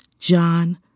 John